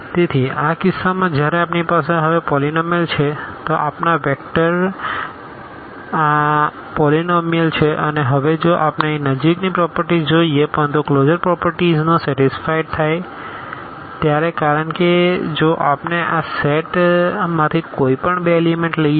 તેથી આ કિસ્સામાં જ્યારે આપણી પાસે હવે પોલીનોમીઅલ છે તો આપણાં વેક્ટર આ પોલીનોમીઅલ છે અને હવે જો આપણે અહીં નજીકની પ્રોપરટીઝ જોઈએ પરંતુ કલોઝરપ્રોપરટીઝ નો સેટીસફાઈડ થાય છે કારણ કે જો આપણે આ સેટમાંથી કોઈપણ બે એલીમેન્ટ લઈએ તો